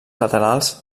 laterals